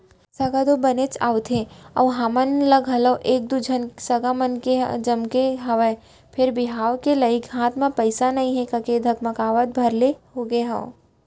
सगा तो बनेच आवथे अउ हमन ल घलौ एक दू झन सगा मन ह जमगे हवय फेर बिहाव के लइक हाथ म पइसा नइ हे कहिके धकमकावत भर ले होगे हंव